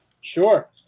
Sure